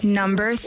number